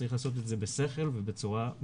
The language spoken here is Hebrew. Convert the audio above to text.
צריך לעשות את זה בשכל ובצורה מקצועית.